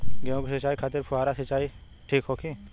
गेहूँ के सिंचाई खातिर फुहारा सिंचाई ठीक होखि?